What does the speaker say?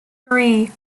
three